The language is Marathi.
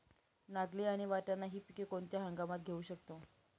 नागली आणि वाटाणा हि पिके कोणत्या हंगामात घेऊ शकतो?